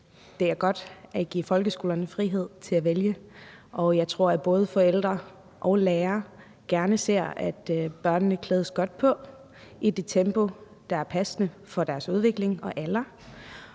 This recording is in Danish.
det er godt at give folkeskolerne frihed til at vælge, og jeg tror, at både forældre og lærere gerne ser, at børnene klædes godt på i det tempo, der er passende for deres udvikling og alder.